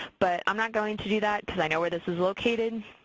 but i'm not going to do that because i know where this is located.